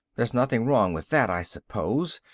there's nothing wrong with that, i suppose,